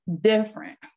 different